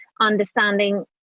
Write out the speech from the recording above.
understanding